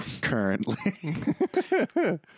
currently